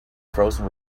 frozen